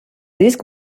disc